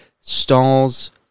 stalls